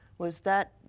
was that